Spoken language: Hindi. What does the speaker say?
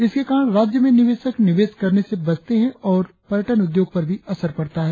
इनके कारण राज्य में निवेशक निवेश करने से बचते है और पर्यटन उद्योग पर भी असर पड़ता है